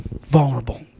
Vulnerable